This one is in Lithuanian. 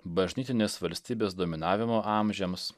bažnytinės valstybės dominavimo amžiams